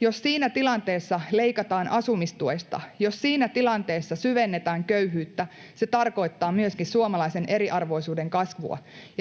Jos siinä tilanteessa leikataan asumistuesta, jos siinä tilanteessa syvennetään köyhyyttä, se tarkoittaa myöskin suomalaisen eriarvoisuuden kasvua.